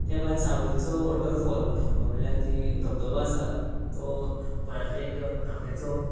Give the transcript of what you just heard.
ते भायर सावरीचो वाॅटरफाॅल म्हळ्यार जी धबधबो आसा तो गोंयांतलो एक नामनेचो